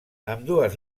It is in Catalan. ambdues